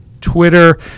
Twitter